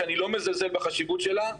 שאני לא מזלזל בחשיבות שלה,